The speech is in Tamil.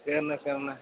சேர்ண்ண சேர்ண்ண